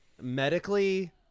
medically